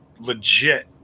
legit